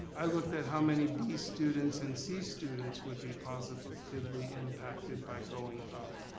i looked at how many b students and c students would be positively impacted by going up.